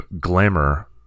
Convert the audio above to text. glamour